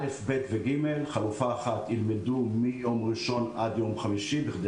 כיתות א-ג חלופה אחת ילמדו מיום ראשון עד יום חמישי בכדי